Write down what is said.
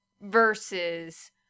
Versus